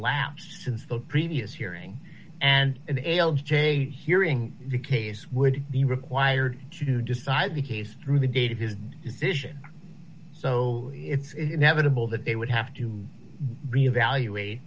lapsed since the previous hearing and an l j hearing the case would be required to decide the case through the date of his decision so it's inevitable that they would have to re evaluat